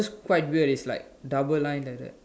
quite weird it's like double line like that